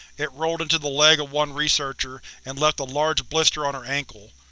it rolled into the leg of one researcher and left a large blister on her ankle.